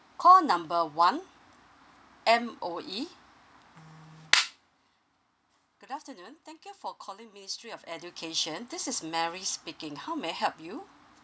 call number one M_O_E good afternoon thank you for calling ministry of education this is mary speaking how may I help you